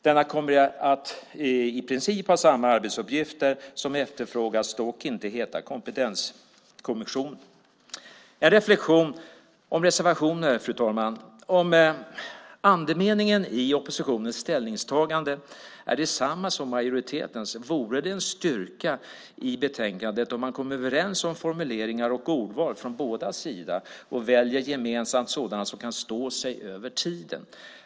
Denna kommer i princip att ha de arbetsuppgifter som här efterfrågas men kommer dock inte att kallas för kompetenskommission. Sedan, fru talman, vill jag göra en reflexion kring reservationerna. Om andemeningen i oppositionens ställningstagande är densamma som majoritetens skulle det vara en styrka i fråga om betänkandet att från båda hållen komma överens om formuleringar och ordval och att gemensamt välja sådant som står sig genom tiden.